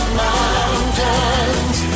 mountains